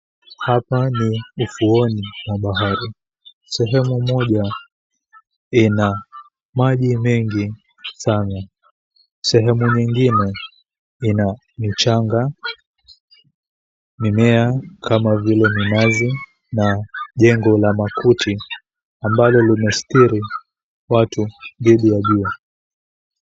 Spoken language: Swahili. Hapa ni ufuoni mwa bahari sehemu moja ina maji mengi sana, sehemu ingine ina mchanga, mimea kama vile minazi na jengo la makuti ambalo limesitiri watu dhidi ya jua.